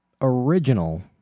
original